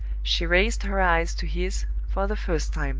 she raised her eyes to his for the first time.